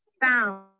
found